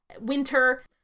winter